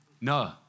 no